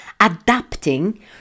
adapting